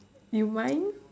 you mind